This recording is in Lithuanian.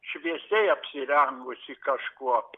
šviesiai apsirengusi kažkuo